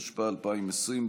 התשפ"א 2020,